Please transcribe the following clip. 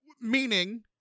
meaning